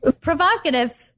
provocative